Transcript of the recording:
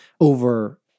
over